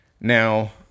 Now